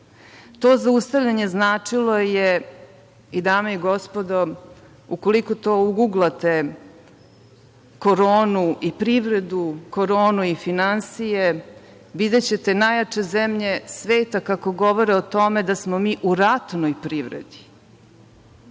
To zaustavljanje značilo je, dame i gospodo, ukoliko to izguglate – Koronu i privredu, Koronu i finansije, videćete najjače zemlje sveta kako govore o tome da smo mi u ratnoj privredi,